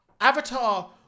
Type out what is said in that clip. avatar